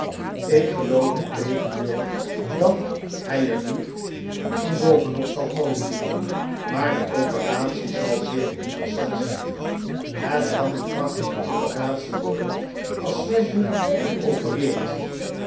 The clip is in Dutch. ik geloof integendeel dat hij er niet van bovenop zal komen maar de operatie de pick wick club zal zeer interessant zijn het k an een prachtige operatie worden als slasher hem opereert